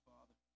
Father